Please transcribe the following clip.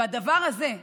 והדבר הזה,